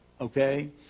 Okay